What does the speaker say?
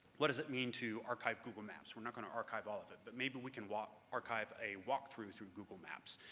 what does it mean to archive google maps? we're not going to archive all of it, but maybe we can walk archive a walk-through through google maps.